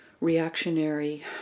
reactionary